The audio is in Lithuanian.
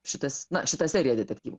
šitas na šita serija detektyvų